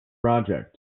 project